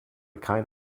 kein